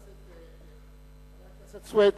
חבר הכנסת סוייד,